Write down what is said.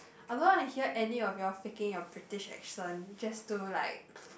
I don't want to hear any of you all faking your British accent just to like